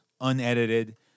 unedited